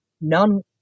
none